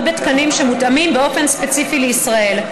בתקנים שמותאמים באופן ספציפי לישראל,